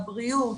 הבריאות,